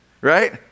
right